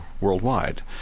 Worldwide